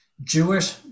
Jewish